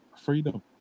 Freedom